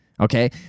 Okay